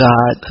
God